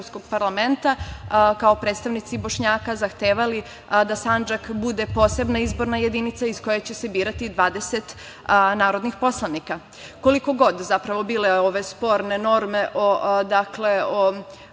parlamenta, kao predstavnici Bošnjaka zahtevali da Sandžak bude posebna izborna jedinica iz koje će se birati 20 narodnih poslanika. Koliko god bile ove sporne norme o Zakonu o